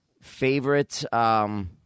favorite